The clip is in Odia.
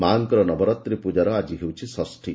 ମାଙ୍କର ନବରାତ୍ରି ପୂକାର ଆକି ହେଉଛି ଷଷୀ